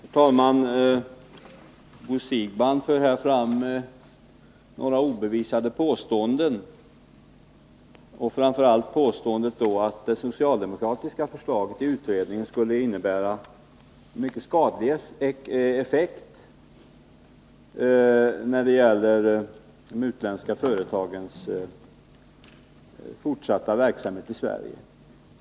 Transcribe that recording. Herr talman! Bo Siegbahn för här fram några obevisade påståenden, framför allt påståendet att det socialdemokratiska förslaget i utredningen skulle innebära en mycket skadlig effekt när det gäller de utländska företagens fortsatta verksamhet i Sverige.